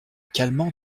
calmant